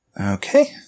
Okay